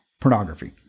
pornography